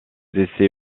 essais